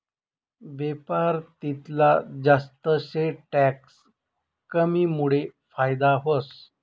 बेपार तितला जास्त शे टैक्स कमीमुडे फायदा व्हस